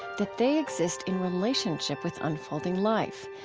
that they exist in relationship with unfolding life.